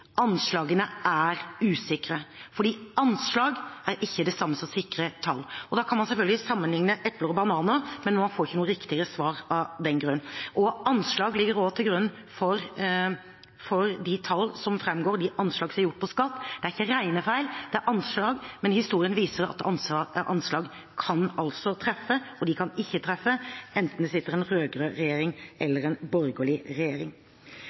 anslagene er usikre. For anslag er ikke det samme som sikre tall. Man kan selvfølgelig sammenligne epler og bananer, men man får ikke noe riktigere svar av den grunn. Anslag ligger også til grunn for de tallene som framgår når det gjelder skatt. Det er ikke regnefeil, det er anslag. Historien viser at anslag kan treffe eller ikke treffe, enten det sitter en rød-grønn regjering eller en borgerlig regjering.